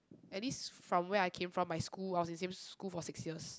at least from where I came from my school I was in the same school for six years